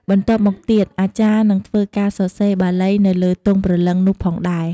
បន្ទាប់មកទៀត អាចារ្យនឹងធ្វើការសរសេរបាលីទៅលើទង់ព្រលឺងនោះផងដែរ។